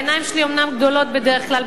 העיניים שלי אומנם גדולות בדרך כלל,